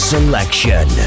Selection